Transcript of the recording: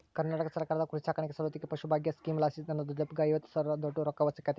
ಕರ್ನಾಟಕ ಸರ್ಕಾರದ ಕುರಿಸಾಕಾಣಿಕೆ ಸೌಲತ್ತಿಗೆ ಪಶುಭಾಗ್ಯ ಸ್ಕೀಮಲಾಸಿ ನನ್ನ ದೊಡ್ಡಪ್ಪಗ್ಗ ಐವತ್ತು ಸಾವಿರದೋಟು ರೊಕ್ಕ ಸಿಕ್ಕತೆ